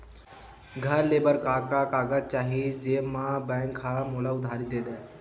घर ले बर का का कागज चाही जेम मा बैंक हा मोला उधारी दे दय?